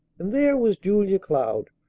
and there was julia cloud,